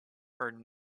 heard